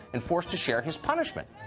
and forced to share his punishment.